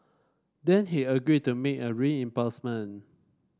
then he agreed to make a reimbursement